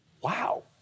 Wow